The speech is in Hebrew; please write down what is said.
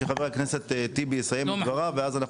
שחבר הכנסת טיבי יסיים את דבריו ואז אנחנו